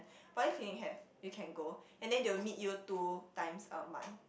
polyclinic have you can go and then they will meet you two times a month